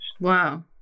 Wow